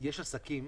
יש עסקים